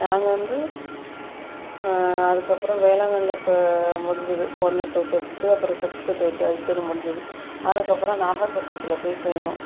நாங்கள் வந்து அதுக்கப்புறம் வேளாங்கண்ணியில் இப்போ முடிஞ்சுது ஒன்னு டு ஃபிஃப்த்து அப்புறம் சிக்ஸ்த்து டு டுவெல்த்துனு முடிஞ்சுது அதுக்கப்புறம் நாகப்பட்டினத்துல போய் சேர்ந்தோம்